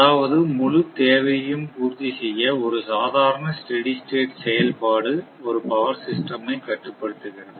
அதாவது முழுத் தேவையையும் பூர்த்தி செய்ய ஒரு சாதாரண ஸ்டெடி ஸ்டேட் செயல்பாடு ஒரு பவர் சிஸ்டம் ஐ கட்டுப்படுத்துகிறது